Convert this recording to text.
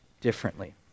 differently